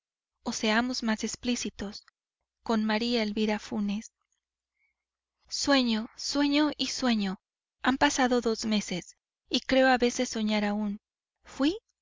aquel amor o seamos más explícitos con maría elvira funes sueño sueño y sueño han pasado dos meses y creo a veces soñar aún fuí